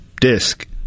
disc